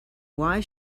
why